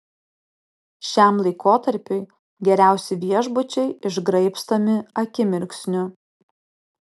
šiam laikotarpiui geriausi viešbučiai išgraibstomi akimirksniu